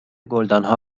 گلدانها